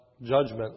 judgment